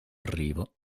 arrivo